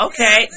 Okay